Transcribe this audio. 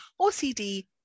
OCD